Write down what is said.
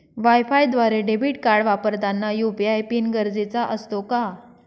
वायफायद्वारे debit card वापरताना UPI PIN गरजेचा असतो का?